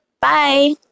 Bye